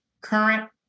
current